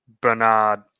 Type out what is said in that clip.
Bernard